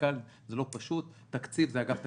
זה לא פשוט תקציב מאגף תקציבים,